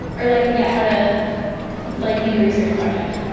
or like yeah, how to like make a research project.